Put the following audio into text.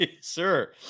Sir